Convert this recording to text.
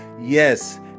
Yes